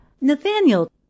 Nathaniel